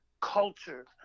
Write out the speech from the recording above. culture